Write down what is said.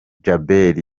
djabel